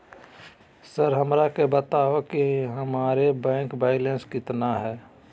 Sir हमरा के बताओ कि हमारे बैंक बैलेंस कितना है?